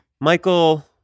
Michael